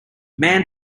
man